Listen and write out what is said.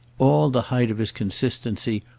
all the height of his consistency,